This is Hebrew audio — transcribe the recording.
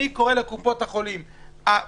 אדם צריך להוציא אישור פעמיים.